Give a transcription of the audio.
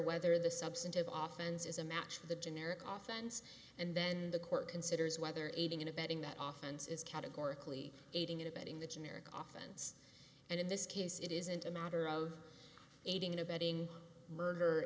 whether the substantive oftens is a match to the generic oftens and then the court considers whether aiding and abetting that often is categorically aiding and abetting the generic oftens and in this case it isn't a matter of aiding and abetting murder